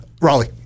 Raleigh